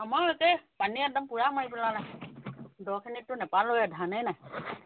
আমাৰো একে পানী একদম পূৰা মাৰি পেলালে দখিনিটো নেপালোঁ ধানেই নাই